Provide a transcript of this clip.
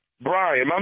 Brian